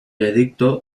edicto